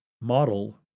model